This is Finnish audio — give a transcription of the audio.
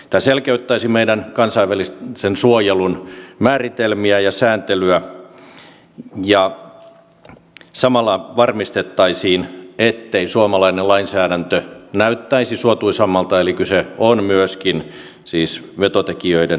tämä selkeyttäisi meidän kansainvälisen suojelun määritelmiä ja sääntelyä ja samalla varmistettaisiin ettei suomalainen lainsäädäntö näyttäisi suotuisammalta eli kyse on siis myöskin vetotekijöiden karsimisesta